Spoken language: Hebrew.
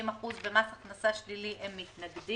ל-50% במס הכנסה שלילי הם מתנגדים.